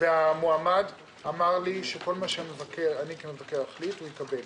המועמד אמר לי שכל מה שאחליט כמבקר הוא יקבל.